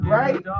right